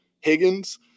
Higgins